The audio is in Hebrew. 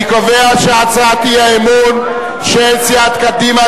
אני קובע שהצעת האי-אמון של סיעת קדימה,